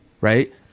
right